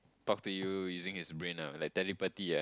talk to you using his brain ah like telepathy ah